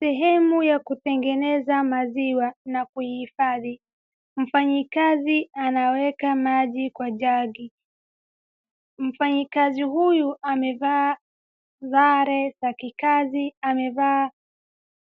Sehemu ya kutengeneza maziwa na kuihifadhi, mfanyikazi anaiweka maji kwa jagi, mfanyikazi huyu amevaa sare za kikazi, amevaa